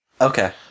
Okay